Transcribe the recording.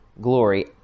glory